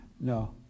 No